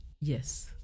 Yes